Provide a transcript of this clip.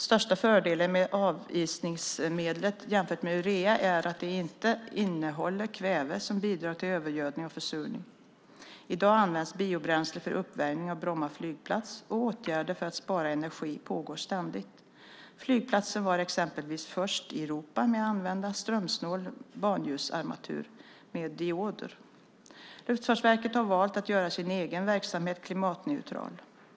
Största fördelen med avisningsmedlet, jämfört med urea, är att det inte innehåller kväve som bidrar till övergödning och försurning. I dag används biobränsle för uppvärmning av Bromma flygplats, och åtgärder för att spara energi pågår ständigt. Flygplatsen var exempelvis först i Europa med att använda strömsnål banljusarmatur med dioder. Luftfartsverket har valt att göra sin egen verksamhet klimatneutral.